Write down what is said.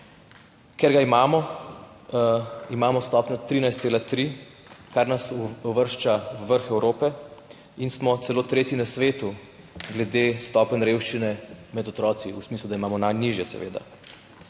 Ker ga imamo, imamo stopnjo 13,3, kar nas uvršča v vrh Evrope in smo celo tretji na svetu glede stopenj revščine med otroki, v smislu, da imamo najnižje, seveda.